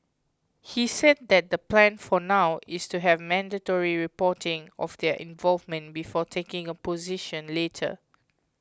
he said that the plan for now is to have mandatory reporting of their involvement before taking a position later